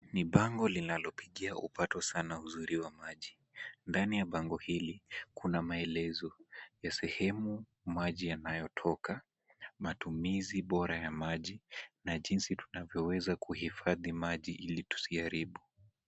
Ni bango linalopigia upato sana uzuri wa maji. Ndani ya bango hili kuna maelezo ya sehemu maji yanayotoka, matumizi bora ya maji na jinsi tunavyoweza kuhifadhi maji ili tusiharibu.